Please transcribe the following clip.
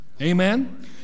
Amen